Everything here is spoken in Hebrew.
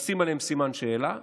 נשים עליהם סימן שאלה.